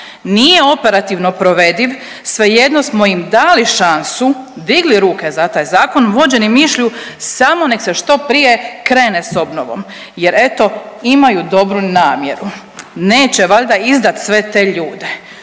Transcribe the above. nije operativno provediv, svejedno smo im dali šansu, digli ruke za taj zakon vođeni mišlju samo nek se što prije krene s obnovom jer eto imaju dobru namjeru, neće valjda izdat sve te ljude.